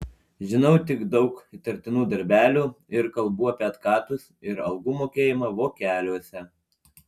žinau tik daug įtartinų darbelių ir kalbų apie atkatus ir algų mokėjimą vokeliuose